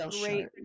great